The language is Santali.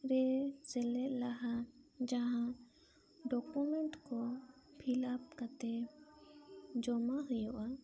ᱯᱟᱭᱨᱟᱜ ᱨᱮ ᱥᱮᱞᱮᱫ ᱞᱟᱦᱟ ᱡᱟᱦᱟᱸ ᱰᱩᱠᱩᱢᱮᱛ ᱠᱚ ᱯᱷᱤᱞᱟᱯ ᱠᱟᱛᱮ ᱡᱚᱢᱟ ᱦᱩᱭᱩᱜᱼᱟ